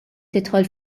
tidħol